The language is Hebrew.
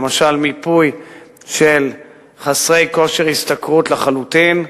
למשל מיפוי של חסרי כושר השתכרות לחלוטין.